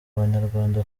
abanyarwanda